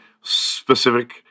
specific